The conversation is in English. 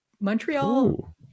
montreal